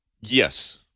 Yes